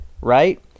right